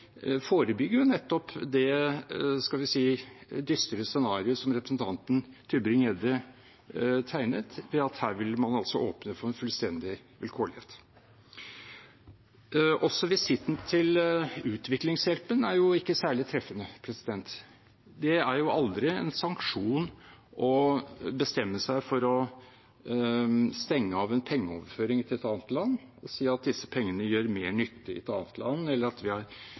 dystre scenarioet som representanten Tybring-Gjedde tegnet – at man her ville åpne for en fullstendig vilkårlighet. Heller ikke visitten til utviklingshjelpen er særlig treffende. Det er aldri en sanksjon å bestemme seg for å stenge av en pengeoverføring til et annet land ved å si at disse pengene gjør mer nytte i et annet land, at vi